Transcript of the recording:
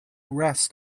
rest